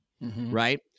Right